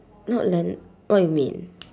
not land what you mean